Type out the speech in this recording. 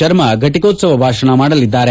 ಶರ್ಮಾ ಫಟಿಕೋತ್ಸವ ಭಾಷಣ ಮಾಡಲಿದ್ದಾರೆ